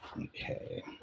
Okay